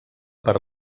per